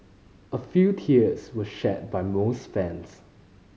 a few tears were shed by most fans